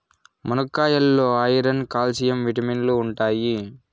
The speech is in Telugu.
మునక్కాయాల్లో ఐరన్, క్యాల్షియం విటమిన్లు ఉంటాయి